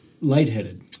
Lightheaded